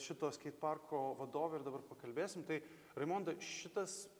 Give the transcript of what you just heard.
šitos parko vadove ir dabar pakalbėsim tai raimonda šitas